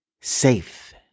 Safe